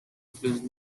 includes